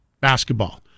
basketball